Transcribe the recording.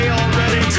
already